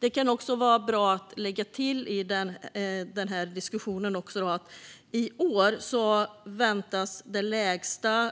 Det kan vara bra att lägga till i denna diskussion att antalet asylärenden i år på grund av pandemin väntas bli det lägsta